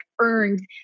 earned